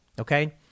okay